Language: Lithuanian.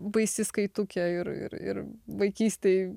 baisi skaitukė ir ir ir vaikystėj